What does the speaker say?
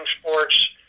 sports